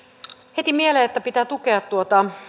heti mieleen että pitää tukea tuota